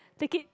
take it